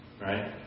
right